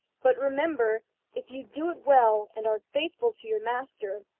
but remember if you do it well and are faithful to your master,